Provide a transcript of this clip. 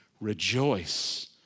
rejoice